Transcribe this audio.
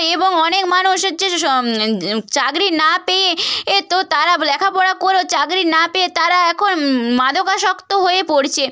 এবং অনেক মানুষ হচ্ছে যে স চাকরি না পেয়ে এ তো তারা লেখাপড়া করেও চাকরি না পেয়ে তারা এখন মাদকাসক্ত হয়ে পড়ছে